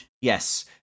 Yes